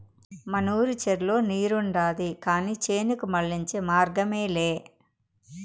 మనూరి చెర్లో నీరుండాది కానీ చేనుకు మళ్ళించే మార్గమేలే